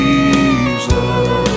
Jesus